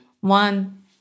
One